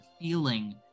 feeling